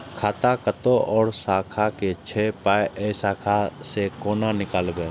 खाता कतौ और शाखा के छै पाय ऐ शाखा से कोना नीकालबै?